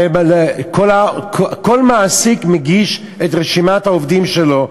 כל מעסיק מגיש את רשימת העובדים שלו,